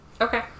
Okay